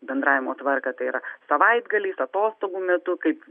bendravimo tvarką tai yra savaitgaliais atostogų metu kaip